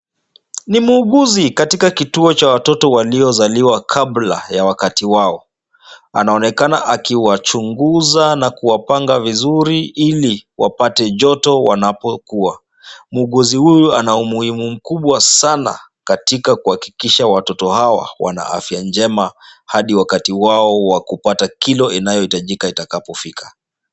Ni muuguzi katika kituo cha watoto waliozaliwa kabla ya wakati wao. Anaonekana akiwachunguza na kuwapanga vizuri ili wapate joto wanapokua. Muuguzi huyu ana umuhimu mkubwa sana katika kuhakikisha watoto hawa wana afya njema hadi wakati wao wa kupata kilo inayohitajika itakapofika.